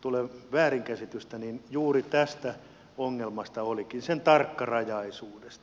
tule väärinkäsitystä niin juuri tästä ongelmasta olikin kyse sen tarkkarajaisuudesta